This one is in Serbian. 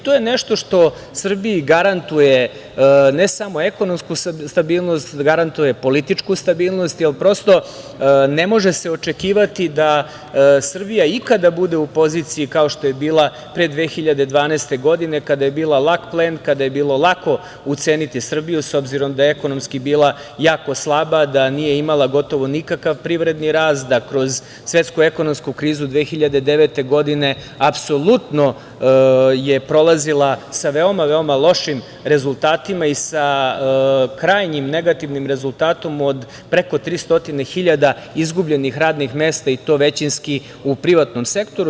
To je nešto što Srbiji garantuje ne samo ekonomsku stabilnost, garantuje političku stabilnost, jer prosto, ne može se očekivati da Srbija ikada bude u poziciji kao što je bila pre 2012. godine, kada je bila lak plen, kada je bilo lako uceniti Srbiju, s obzirom da je ekonomski bila jako slaba, da nije imala gotovo nikakav privredni rast, da kroz svetsku ekonomsku krizu 2009. godine apsolutno je prolazila sa veoma, veoma lošim rezultatima i sa krajnjim negativnim rezultatom od preko 300.000 radnih mesta i to većinski u privatnom sektoru.